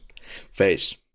face